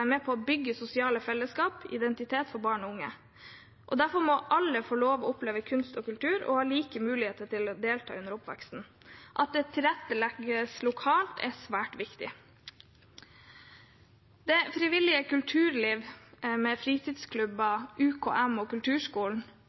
er med på å bygge sosiale fellesskap og identitet for barn og unge. Derfor må alle få oppleve kunst og kultur og ha like muligheter til å delta under oppveksten. At det tilrettelegges lokalt, er svært viktig. Det frivillige kulturlivet, med fritidsklubber, UKM, Kulturskolen, kultursaler og